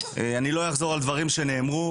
אני לא אחזור על דברים שנאמרו,